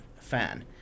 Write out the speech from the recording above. fan